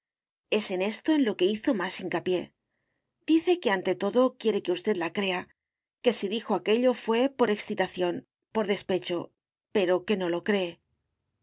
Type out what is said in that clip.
es en esto en lo que hizo más hincapié dice que ante todo quiere que usted la crea que si dijo aquello fué por excitación por despecho pero que no lo cree